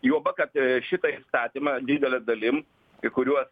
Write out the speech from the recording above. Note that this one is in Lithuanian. juoba kad šitą įstatymą didele dalim kai kuriuos